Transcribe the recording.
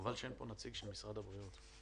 חבל שאין פה נציג של משרד הבריאות.